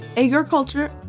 Agriculture